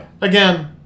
Again